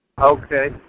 Okay